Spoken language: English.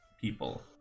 people